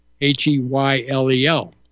H-E-Y-L-E-L